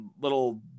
little